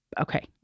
okay